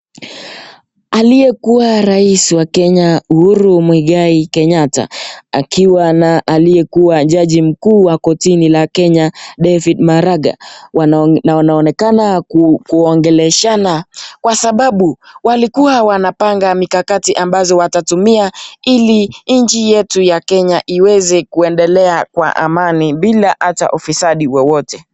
Aliyekuwa rais wa Kenya Uhuru Muigai Kenyatta, akiwa na aliyekuwa jaji mkuu wa kotini la Kenya David Maraga, na wanaonekana kuongeleshana kwa sababu, walikuwa wanapanga mikakati ambazo watatumia ili nchi yetu ya Kenya ieze kuendelea kwa amani bila ata ufisadi wowote.